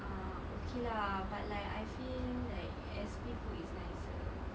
uh okay lah but like I feel like S_P food is nicer